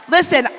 Listen